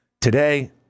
Today